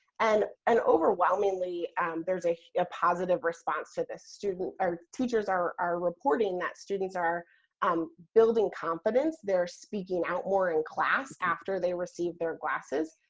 and an overwhelmingly there's a positive response to the student teachers are are reporting that students are um building confidence, they're speaking out more in class after they received their classes,